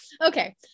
Okay